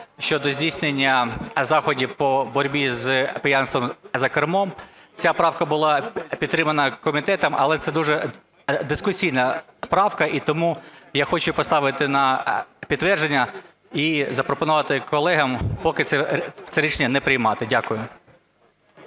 щодо здійснення заходів по боротьбі з п'янством за кермом. Ця правка була підтримана комітетом, але це дуже дискусійна правка. І тому я хочу поставити на підтвердження і запропонувати колегам поки це рішення не приймати. Дякую.